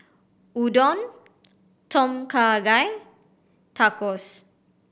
Udon Tom Kha Gai Tacos